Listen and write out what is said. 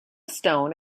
stone